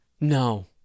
No